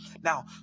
Now